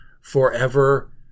forever